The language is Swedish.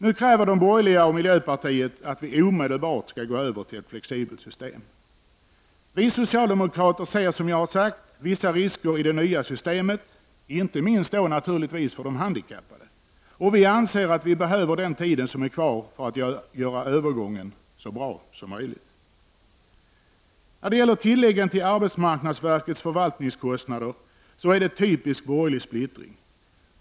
Nu kräver de borgerliga och miljöpartiet att vi omedelbart skall gå över till ett flexibelt system. Vi socialdemokrater ser som sagts vissa risker i det nya systemet, inte minst för de handikappade. Vi anser att vi behöver den tiden som är kvar för att göra övergången så bra som möjligt. När det gäller tilläggen till arbetsmarknadsverkets förvaltningskostnader så råder typiskt borgerlig splittring.